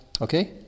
Okay